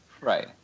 Right